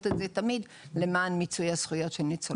את זה תמיד למען מיצוי הזכויות של ניצולי השואה.